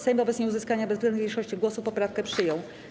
Sejm wobec nieuzyskania bezwzględnej większości głosów poprawkę przyjął.